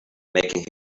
making